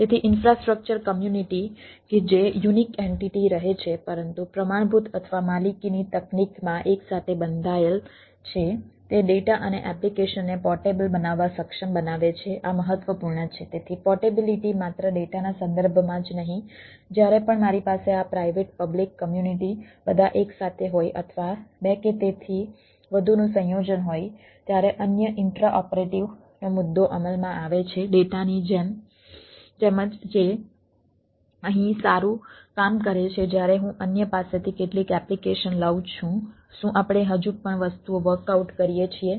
તેથી infrastructure community કે જે યુનિક એન્ટિટી કરીએ છીએ